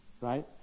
right